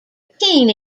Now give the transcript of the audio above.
keen